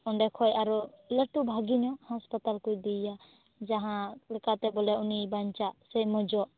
ᱚᱸᱰᱮ ᱠᱷᱚᱱ ᱟᱨᱚ ᱞᱟ ᱴᱩ ᱵᱷᱟᱜᱮ ᱧᱚᱜ ᱦᱟᱸᱥᱯᱟᱛᱟᱞ ᱠᱚ ᱤᱫᱤᱭᱮᱭᱟ ᱡᱟᱦᱟᱸ ᱞᱮᱠᱟᱛᱮ ᱵᱚᱞᱮ ᱩᱱᱤᱭ ᱵᱟᱧᱪᱟᱜ ᱥᱮ ᱢᱚᱡᱚᱜ